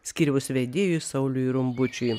skyriaus vedėjui sauliui rumbučiui